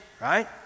right